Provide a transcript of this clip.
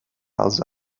als